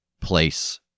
place